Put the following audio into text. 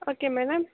okay madam